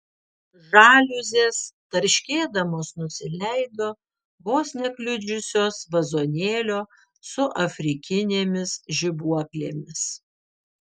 žaliuzės tarškėdamos nusileido vos nekliudžiusios vazonėlio su afrikinėmis žibuoklėmis